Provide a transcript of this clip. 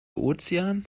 ozean